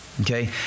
Okay